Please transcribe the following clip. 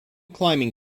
climbing